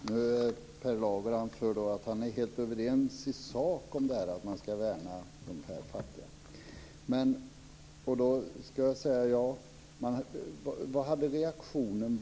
Fru talman! Per Lager anför att man i sak är helt överens om att man ska värna de fattiga.